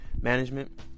management